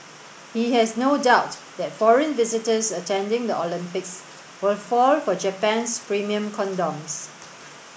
he has no doubt that foreign visitors attending the Olympics will fall for Japan's premium condoms